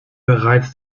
bereits